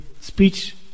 speech